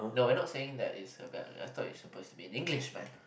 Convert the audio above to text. no we're not saying that it's her bad I thought it's supposed to be in English man